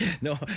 No